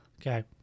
okay